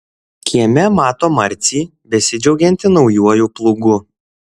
kieme mato marcį besidžiaugiantį naujuoju plūgu